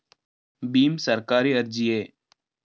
ಭೀಮ್ ಸರ್ಕಾರಿ ಅರ್ಜಿಯೇ?